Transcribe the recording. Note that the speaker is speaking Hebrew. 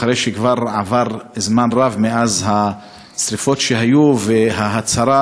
אחרי שכבר עבר זמן רב מאז השרפות שהיו וההצהרה